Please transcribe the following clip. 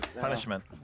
Punishment